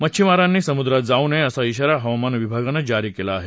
मच्छिमारांनी समुद्रात जाऊ नये असा िगारा हवामान विभागानं जारी केला आहे